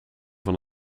van